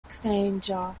exchanger